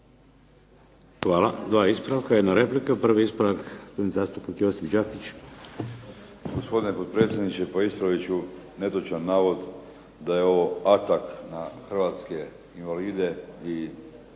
Hvala. Dva ispravka, jedan replika. Prvi ispravak gospodin zastupnik Josip Đakić. Izvolite. **Đakić, Josip (HDZ)** Gospodine potpredsjedniče, pa ispravit ću netočan navod da je ovo atak na hrvatske invalide i